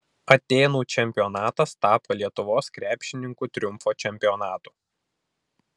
atėnų čempionatas tapo lietuvos krepšininkų triumfo čempionatu